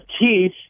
teeth